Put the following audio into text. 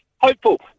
hopeful